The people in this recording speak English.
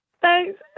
Thanks